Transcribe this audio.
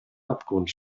abgrund